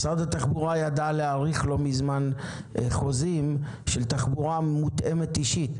משרד התחבורה ידע להאריך לא מזמן חוזים של תחבורה מותאמת אישית,